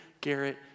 Garrett